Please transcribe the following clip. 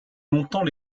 longtemps